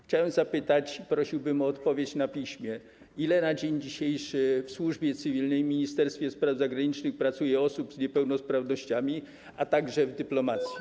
Chciałbym zapytać i prosiłbym o odpowiedź na piśmie, ile dzisiaj w służbie cywilnej w Ministerstwie Spraw Zagranicznych pracuje osób z niepełnosprawnościami, a także ile w dyplomacji?